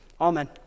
Amen